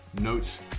Notes